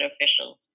officials